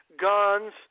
guns